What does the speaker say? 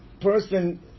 person